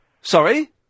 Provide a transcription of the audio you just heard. Sorry